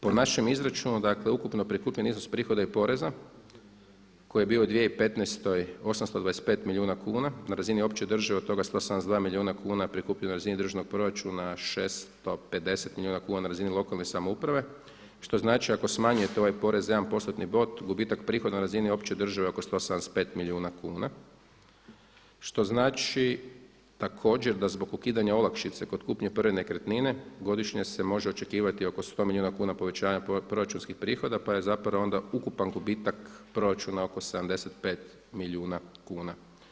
Po našem izračunu ukupno prikupljeni iznos prihoda i poreza koji je bio u 2015. 825 milijuna kuna na razini opće države od toga … milijuna kuna prikupljeno na razni državnog proračuna 650 milijuna na razini lokalne samouprave što znači ako smanjujete ovaj porez za jedan postotni bod gubitak prihoda na razini opće države je oko 175 milijuna kuna što znači također da zbog ukidanja olakšice kod kupnje prve nekretnine godišnje se može očekivati oko 100 milijuna kuna povećanja proračunskih prihoda pa je zapravo onda ukupan gubitak proračuna oko 75 milijuna kuna.